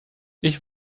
ich